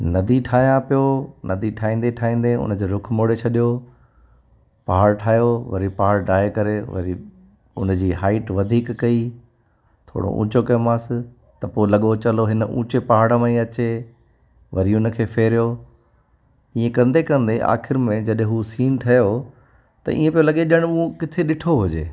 नदी ठाहियां पियो नदी ठाहींदे ठाहींदे उन जो रुख मोड़े छॾियो पहाड़ ठाहियो वरी पहाड़ ठाहे करे वरी उन जी हाईट वधीक कई थोरो ऊंचो कयोमांसि त पोइ लॻो चलो हिन ऊंचे पहाड़ में ई अचे वरी उन खे फेरियो ईअं कंदे कंदे आख़िर में जॾहिं उहो सीन ठहियो त ईअं पियो लॻे ॼणु उहो किथे ॾिठो हुजे